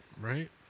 right